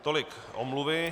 Tolik omluvy.